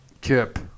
Kip